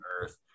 earth